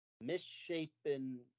Misshapen